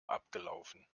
abgelaufen